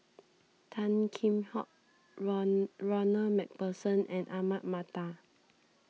Tan Kheam Hock Ronald MacPherson and Ahmad Mattar